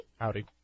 Howdy